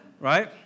Right